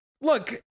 Look